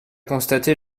constaté